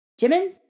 Jimin